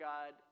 God